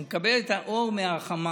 הוא מקבל את האור מהחמה.